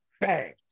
bang